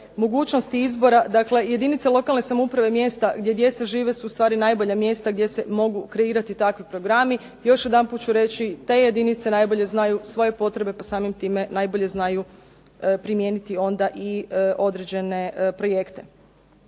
mogućnosti izbora, dakle jedinice lokalne samouprave, mjesta gdje djeca žive su ustvari najbolja mjesta gdje se mogu kreirati takvi programi. Još jedanput ću reći te jedinice najbolje znaju svoje potrebe pa samim time najbolje znaju primijeniti onda i određene projekte.